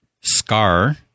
Scar